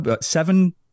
seven